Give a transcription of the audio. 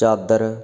ਚਾਦਰ